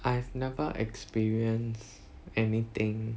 I have never experience anything